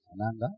Ananda